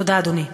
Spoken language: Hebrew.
תודה, אדוני.